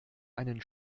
einen